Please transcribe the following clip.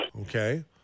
Okay